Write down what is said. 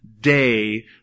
day